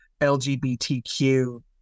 LGBTQ